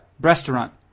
restaurant